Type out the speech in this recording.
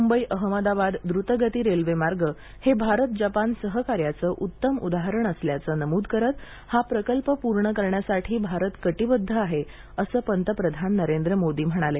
मुंबई अहमदाबाद द्र्तगती रेल्वेमार्ग हे भारत जपान सहकार्याचं उत्तम उदाहरण असल्याचं नमूद करत हा प्रकल्प पूर्ण करण्यासाठी भारत कटीबद्ध आहे असं पंतप्रधान नरेंद्र मोदी म्हणाले